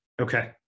Okay